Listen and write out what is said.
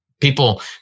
People